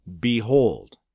Behold